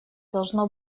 должно